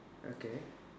okay